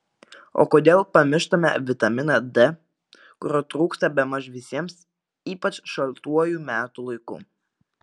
o kodėl pamištame vitaminą d kurio trūksta bemaž visiems ypač šaltuoju metų laiku